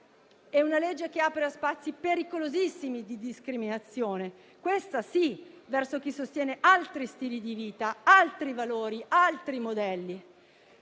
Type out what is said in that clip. È una legge che apre a spazi pericolosissimi di discriminazione, questa sì, verso chi sostiene altri stili di vita, altri valori e altri modelli.